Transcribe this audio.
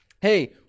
hey—